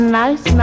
nice